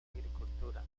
agricultura